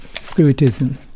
Spiritism